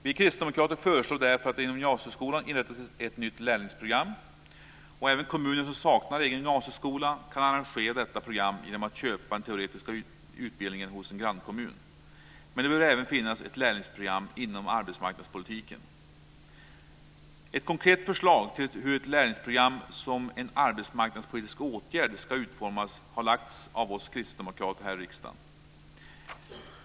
Vi kristdemokrater föreslår därför att det inom gymnasieskolan inrättas ett nytt lärlingsprogram. Även kommuner som saknar egen gymnasieskola kan arrangera detta program genom att köpa den teoretiska utbildningen hos en grannkommun. Men det bör även finnas ett lärlingsprogram inom arbetsmarknadspolitiken. Ett konkret förslag till hur ett lärlingsprogram som en arbetsmarknadspolitisk åtgärd ska utformas har lagts fram av oss kristdemokrater här i riksdagen.